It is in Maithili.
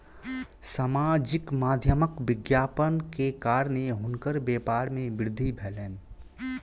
सामाजिक माध्यमक विज्ञापन के कारणेँ हुनकर व्यापार में वृद्धि भेलैन